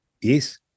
Yes